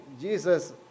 Jesus